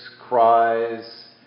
cries